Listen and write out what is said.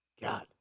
God